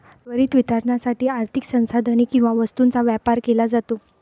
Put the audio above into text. त्वरित वितरणासाठी आर्थिक संसाधने किंवा वस्तूंचा व्यापार केला जातो